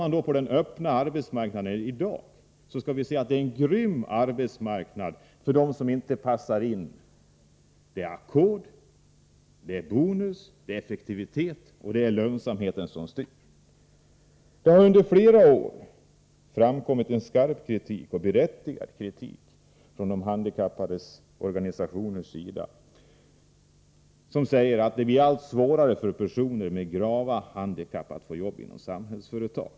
Ser vi på den öppna arbetsmarknaden i dag, finner vi att den är grym för dem som inte passar in — det är ackord, bonus, effektivitet och lönsamhet som styr. Men under flera år har det förekommit en berättigad och skarp kritik från handikapporganisationerna, som säger att det blir allt svårare för personer med gravt handikapp att få jobb inom Samhällsföretag.